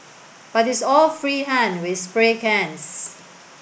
but it's all free hand with spray cans